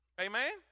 Amen